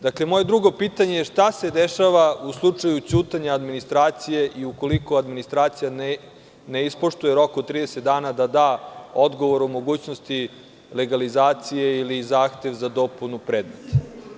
Dakle, moje drugo pitanje je – šta se dešava u slučaju ćutanja administracije i ukoliko administracija ne ispoštuje rok od 30 dana da da odgovor o mogućnosti legalizacije ili zahtev za dopunu predmeta?